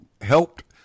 helped